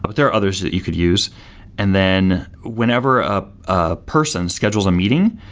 but there are others that you could use and then whenever ah a person schedules a meeting,